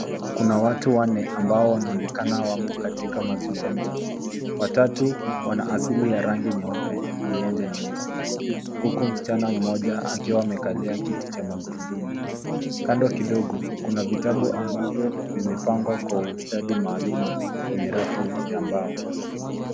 Kuna watu wanne ambao wanaonekana wamo katika mazungumzo. Watatu wana asili ya rangi nyeupe na moja nyeusi huku msichana mmoja akiwa amekalia kiti cha magurudumu. Kando kidogo kuna vitabu ambavyo vimepangwa kwa ustadi maalumu kwenye rafu ya mbao.